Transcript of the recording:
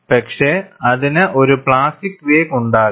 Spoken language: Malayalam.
പക്ഷേ അതിന് ഒരു പ്ലാസ്റ്റിക് വേക്ക് ഉണ്ടാകും